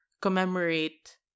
commemorate